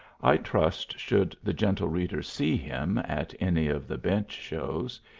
i trust, should the gentle reader see him at any of the bench-shows,